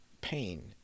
pain